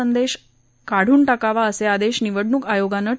संदेश काढून कावा असे आदेश निवडणूक आयोगानं वि